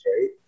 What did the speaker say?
right